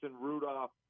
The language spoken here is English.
Rudolph